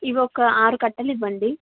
ఇవి ఒక ఆరు కట్టలు ఇవ్వండి